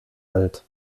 alt